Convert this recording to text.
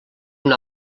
una